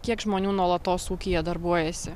kiek žmonių nuolatos ūkyje darbuojasi